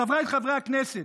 חבריי חברי הכנסת,